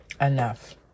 Enough